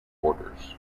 orders